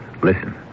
Listen